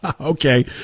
Okay